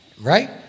right